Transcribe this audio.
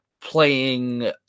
playing